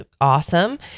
awesome